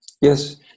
Yes